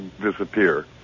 disappear